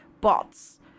bots